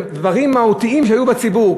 בדברים מהותיים שהיו בציבור,